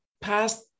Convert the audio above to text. past